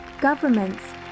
governments